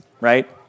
right